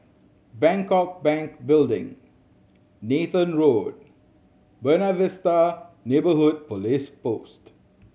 Bangkok Bank Building Nathan Road Buona Vista Neighbourhood Police Post